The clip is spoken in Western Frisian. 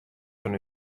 fan